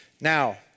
Now